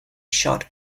shot